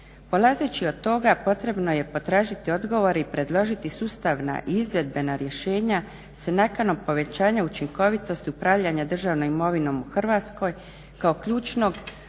Polazeći od toga potrebno je potražiti odgovore i predložiti sustavna i izvedbena rješenja s nakanom povećanja učinkovitosti upravljanja državnom imovinom u Hrvatskoj kao ključnog